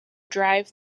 drive